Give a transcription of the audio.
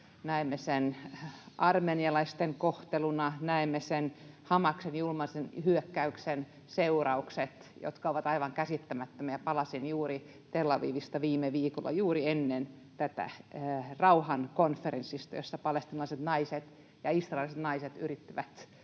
näemme sen armenialaisten kohteluna, näemme Hamaksen julman hyökkäyksen seuraukset, jotka ovat aivan käsittämättömiä. Palasin Tel Avivista juuri viime viikolla, juuri ennen tätä, rauhankonferenssista, jossa palestiinalaiset naiset ja israelilaiset naiset yrittävät